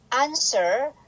answer